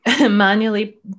manually